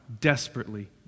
desperately